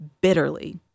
bitterly